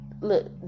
look